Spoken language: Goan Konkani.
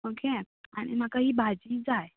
ओके आनी म्हाका ही भाजी जाय